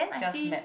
just met